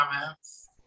comments